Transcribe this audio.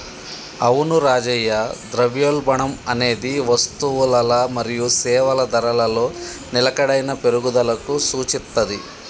అవును రాజయ్య ద్రవ్యోల్బణం అనేది వస్తువులల మరియు సేవల ధరలలో నిలకడైన పెరుగుదలకు సూచిత్తది